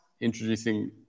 introducing